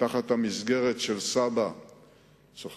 תחת המסגרת של סבא"א,